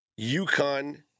UConn